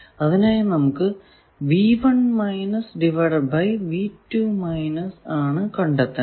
അതിനായി നമുക്ക് ആണ് കണ്ടെത്തേണ്ടത്